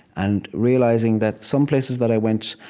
and realizing that some places that i went,